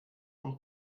und